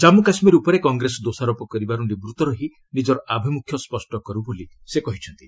ଜାମ୍ମ କାଶ୍ମୀର ଉପରେ କଂଗ୍ରେସ ଦୋଷାରୋପ କରିବାର୍ ନିବୃତ୍ତ ରହି ନିଜର ଆଭିମ୍ରଖ୍ୟ ସ୍ୱଷ୍ଟ କର୍ ବୋଲି ସେ କହିଛନ୍ତି